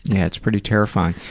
yeah it's pretty terrifying.